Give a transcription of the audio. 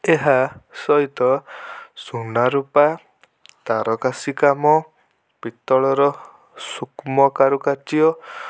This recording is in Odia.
ଏହା ସହିତ ସୁନା ରୂପା ତାରକସି କାମ ପିତ୍ତଳର ସୂକ୍ଷ୍ମ କାରୁକାର୍ଯ୍ୟ